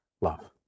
love